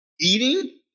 eating